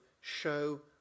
show